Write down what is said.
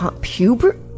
puberty